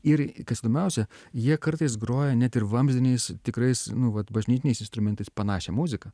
ir kas įdomiausia jie kartais groja net ir vamzdiniais tikrais nu vat bažnytiniais instrumentais panašią muziką